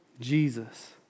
Jesus